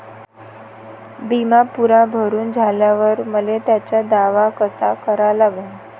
बिमा पुरा भरून झाल्यावर मले त्याचा दावा कसा करा लागन?